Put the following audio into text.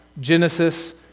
Genesis